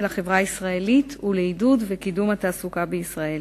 החברה הישראלית ולעידוד וקידום של התעסוקה בישראל.